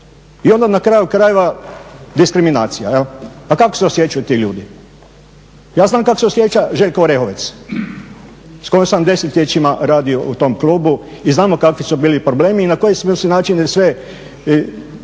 I onda na kraju krajeva diskriminacija. Pa kako se osjećaju ti ljudi? Ja znam kako se osjeća Željko Orehovec s kojim sam desetljećima radio u tom klubu i znamo kakvi su bili problemi i na koji smo se načine sve